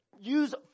use